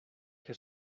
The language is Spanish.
que